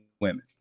women